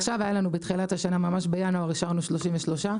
עכשיו היה לנו בתחילת השנה, ממש בינואר אישרנו 33,